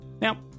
Now